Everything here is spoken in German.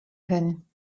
können